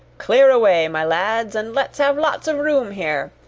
clear away, my lads, and let's have lots of room here!